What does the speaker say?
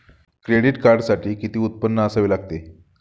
Credit कार्डसाठी किती उत्पन्न असावे लागते?